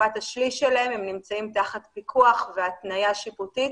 ובתקופת השליש שלהם הם נמצאים תחת פיקוח והתניה שיפוטית